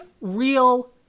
real